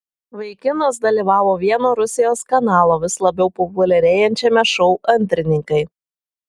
vaikinas dalyvavo vieno rusijos kanalo vis labiau populiarėjančiame šou antrininkai